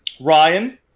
Ryan